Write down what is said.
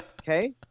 Okay